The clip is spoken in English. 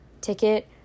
ticket